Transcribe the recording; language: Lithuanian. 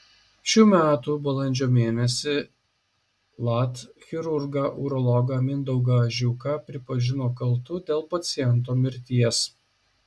šių metų balandžio mėnesį lat chirurgą urologą mindaugą žiuką pripažino kaltu dėl paciento mirties